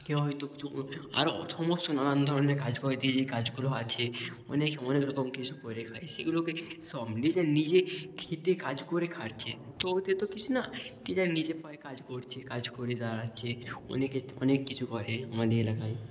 কেউ হয়তো কিছু অন্য আরো সমস্ত নানান ধরনের কাজ করে যে যে কাজগুলো আছে অনেকে অনেক রকম কিছু করে খায় সেগুলোকে সব নিজের নিজের খেটে কাজ করে খাচ্ছে তো ওতে তো কিছু না যে যার নিজের পায়ে কাজ করছে কাজ করে দাঁড়াচ্ছে অনেকে অনেক কিছু করে আমাদের এলাকায়